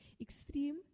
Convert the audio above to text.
extreme